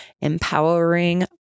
empowering